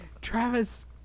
Travis